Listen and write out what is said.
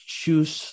choose